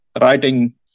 writing